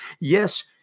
Yes